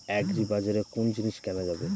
আগ্রিবাজারে কোন জিনিস কেনা যাবে?